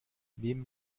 nehmen